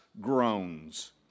groans